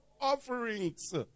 offerings